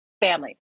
family